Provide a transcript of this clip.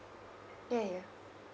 ya ya